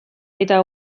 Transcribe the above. eta